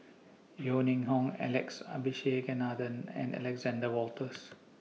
Yeo Ning Hong Alex Abisheganaden and Alexander Wolters